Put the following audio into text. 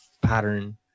pattern